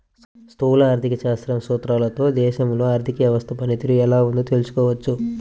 స్థూల ఆర్థిక శాస్త్రం సూత్రాలతో దేశంలో ఆర్థిక వ్యవస్థ పనితీరు ఎలా ఉందో తెలుసుకోవచ్చు